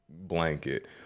blanket